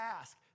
ask